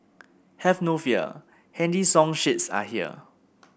have no fear handy song sheets are here